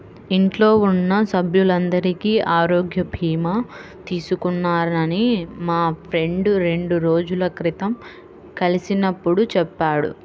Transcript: ఇంట్లో ఉన్న సభ్యులందరికీ ఆరోగ్య భీమా తీసుకున్నానని మా ఫ్రెండు రెండు రోజుల క్రితం కలిసినప్పుడు చెప్పాడు